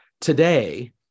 today